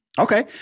Okay